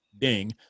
Ding